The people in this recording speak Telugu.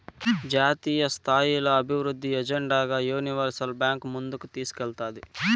జాతీయస్థాయిల అభివృద్ధి ఎజెండాగా యూనివర్సల్ బాంక్ ముందుకు తీస్కేల్తాది